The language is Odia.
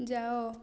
ଯାଅ